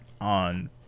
on